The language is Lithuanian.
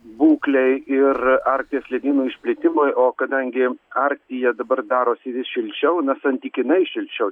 būklei ir arkties ledynų išplitimui o kadangi arktyje dabar darosi vis šilčiau na santykinai šilčiau